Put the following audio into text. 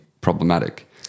problematic